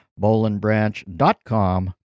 Bowlandbranch.com